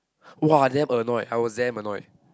!wah! damn annoyed I was damn annoyed